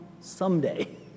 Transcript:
someday